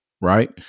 right